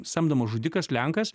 samdomas žudikas lenkas